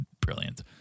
brilliant